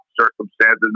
circumstances